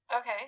Okay